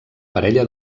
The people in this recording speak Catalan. parella